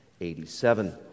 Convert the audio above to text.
87